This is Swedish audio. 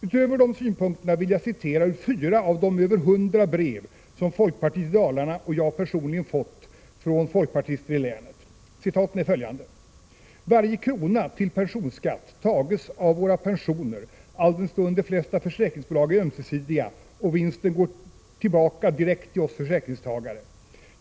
Utöver dessa synpunkter vill jag citera ur fyra av de över hundra brev som folkpartiet i Dalarna och jag personligen fått från folkpartister i länet. Citaten är följande: ”Varje krona till pensionsskatt tages av våra pensioner alldenstund de flesta försäkringsbolag är ömsesidiga och vinsten går tillbaka direkt till oss försäkringstagare.